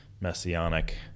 messianic